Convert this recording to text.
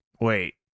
Wait